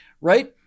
right